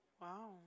Wow